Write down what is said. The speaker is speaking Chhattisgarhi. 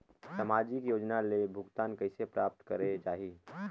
समाजिक योजना ले भुगतान कइसे प्राप्त करे जाहि?